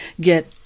get